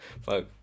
Fuck